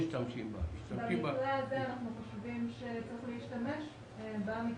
במקרה הזה אנחנו חושבים שצריך להשתמש בה.